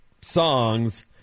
songs